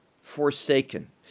forsaken